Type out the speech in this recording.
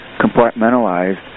compartmentalized